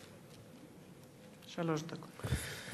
שלוש דקות.